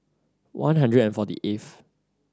one hundred and forty eighth